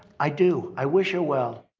i do, i wish her well.